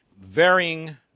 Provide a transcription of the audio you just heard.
varying